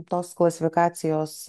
tos klasifikacijos